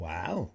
Wow